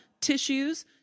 tissues